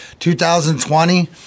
2020